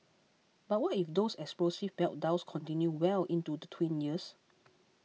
but what if those explosive meltdowns continue well into the tween years